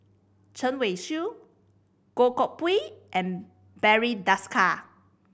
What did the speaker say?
Chen Wen Hsi Goh Koh Pui and Barry Desker